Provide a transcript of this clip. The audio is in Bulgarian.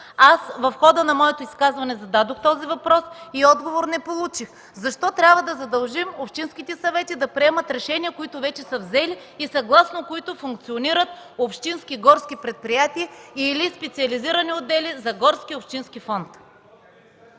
В хода на моето изказване зададох този въпрос и отговор не получих. Защо трябва да задължим общинските съвети да приемат решения, които вече са взели и съгласно които функционират общински горски предприятия или специализирани отдели за горския общински фонд?